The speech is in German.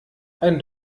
ein